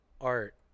art